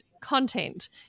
content